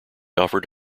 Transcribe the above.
offered